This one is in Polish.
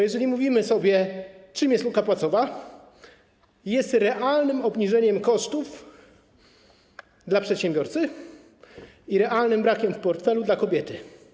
Jeżeli mówimy o tym, czym jest luka płacowa, to jest ona realnym obniżeniem kosztów dla przedsiębiorcy i realnym brakiem w portfelu dla kobiety.